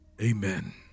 Amen